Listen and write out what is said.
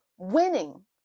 Winning